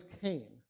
Cain